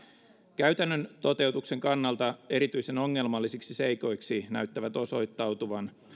käytännön toteutuksen kannalta erityisen ongelmalliseksi seikoiksi näyttävät osoittautuvan